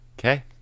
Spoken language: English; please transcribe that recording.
Okay